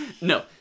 No